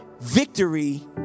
Victory